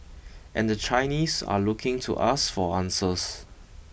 and the Chinese are looking to us for answers